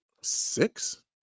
six